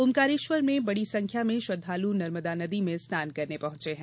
ओंकारेश्वर में बड़ी संख्या में श्रद्दालु नर्मदा नदी में स्नान करने पहंचे हैं